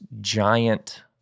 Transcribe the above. giant